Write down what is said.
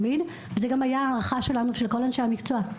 וזו גם היתה ההערכה של כל אנשי המקצוע שלנו,